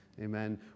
Amen